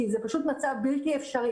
כי זה פשוט מצב בלתי אפשרי,